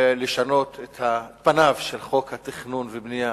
לשנות את פניו של חוק התכנון והבנייה